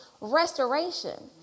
restoration